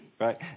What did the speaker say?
Right